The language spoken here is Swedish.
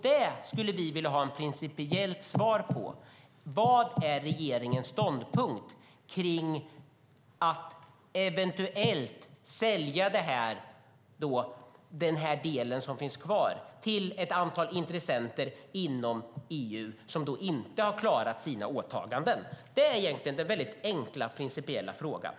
Vi skulle vilja ha ett principiellt svar på vad som är regeringens ståndpunkt när det gäller att eventuellt sälja den del som finns kvar till ett antal intressenter inom EU som inte har klarat sina åtaganden. Det är den väldigt enkla principiella frågan.